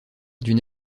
d’une